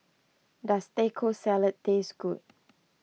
does Taco Salad taste good